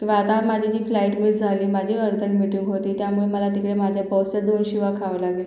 किंवा आता माझी जी फ्लाईट मिस झाली माझी अर्जण मिटींग होती त्यामुळे मला तिकडे माझ्या बॉसच्या दोन शिव्या खाव्या लागेल